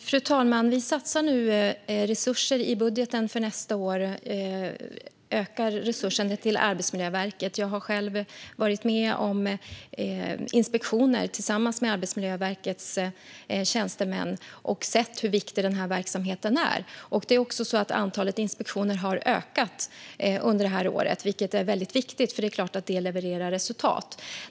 Fru talman! I budgeten för nästa år ökar vi resurserna till Arbetsmiljöverket. Jag har själv varit med på inspektioner tillsammans med Arbetsmiljöverkets tjänstemän och sett hur viktig verksamheten är. Antalet inspektioner har också ökat under det här året, vilket är viktigt. Det är klart att det leder till resultat.